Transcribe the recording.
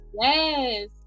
yes